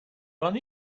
run